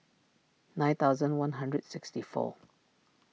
nine thousand one hundred sixty four